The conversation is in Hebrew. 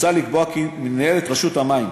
מוצע לקבוע כי מנהל רשות המים,